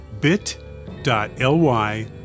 bit.ly